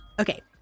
Okay